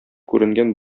күренгән